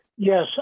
Yes